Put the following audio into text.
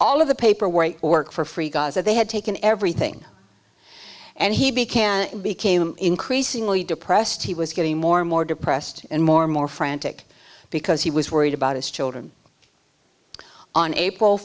all of the paperwork work for free gaza they had taken everything and he can became increasingly depressed he was getting more and more depressed and more and more frantic because he was worried about his children on april